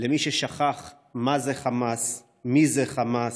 למי ששכח מה זה חמאס, מי זה חמאס,